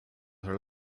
her